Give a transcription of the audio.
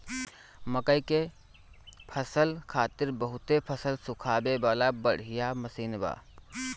मकई के फसल खातिर बहुते फसल सुखावे वाला बढ़िया मशीन बा